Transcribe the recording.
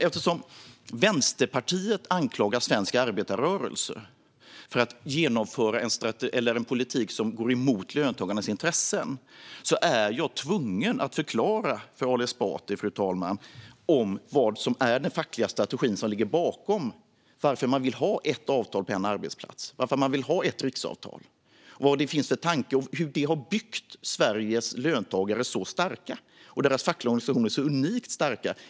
Eftersom Vänsterpartiet anklagar svensk arbetarrörelse för att genomföra en politik som går emot löntagarnas intressen är jag tvungen att förklara för Ali Esbati, fru talman, vad som är den fackliga strategi som ligger bakom att man vill ha ett avtal på en arbetsplats och varför man vill ha ett riksavtal. Jag vill förklara vad det finns för tanke bakom detta och vad det är som har byggt Sveriges löntagare så starka och deras fackliga organisationer så unikt starka.